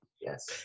yes